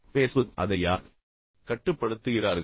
Facebook அதை யார் கட்டுப்படுத்துகிறார்கள்